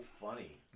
funny